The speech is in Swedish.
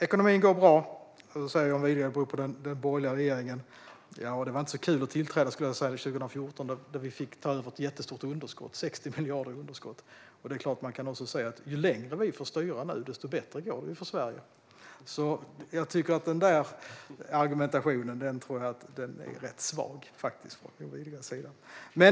Ekonomin går bra, och John Widegren säger att det beror på den borgerliga regeringen. Jag ska säga att inte var så kul att tillträda 2014, då vi fick ta över ett jättestort underskott. Det var 60 miljarder i underskott. Man kan självklart också säga att ju längre vi får styra, desto bättre går det för Sverige. Den argumentationen från John Widegrens sida tror jag alltså är rätt svag.